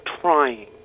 trying